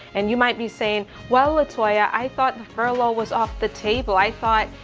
and you might be saying, well, it's why i thought the furlough was off the table. i thought,